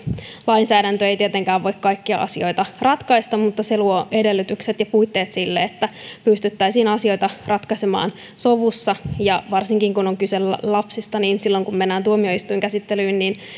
lainsäädäntö ei tietenkään voi kaikkia asioita ratkaista mutta se luo edellytykset ja puitteet sille että pystyttäisiin asioita ratkaisemaan sovussa varsinkin kun on kyse lapsista niin silloin kun mennään tuomioistuinkäsittelyyn niin